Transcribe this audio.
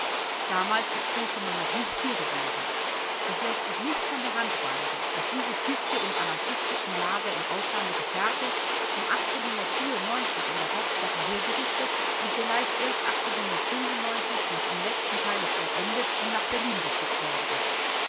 damals ist koschemann noch nicht hier gewesen es läßt sich nicht von der hand weisen daß diese kiste im anarchistischen lager im auslande gefertigt schon in der hauptsache hergerichtet und vielleicht erst noch im letzten teile vollendet und nach berlin geschickt worden ist